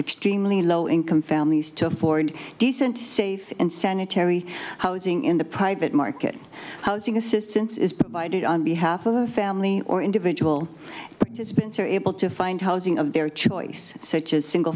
extremely low income families to afford decent safe and sanitary housing in the private market housing assistance is provided on behalf of a family or individual participants are able to find housing of their choice such as single